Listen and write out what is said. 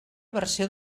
versió